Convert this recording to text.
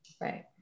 right